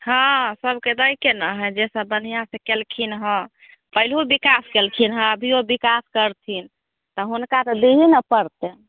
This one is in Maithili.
हँ सभके दैके ने हइ जेसब बढ़िआँसँ कएलखिन हँ पहिले विकास कएलखिन हँ अभिओ विकास करथिन तऽ हुनका तऽ दिही ने पड़तै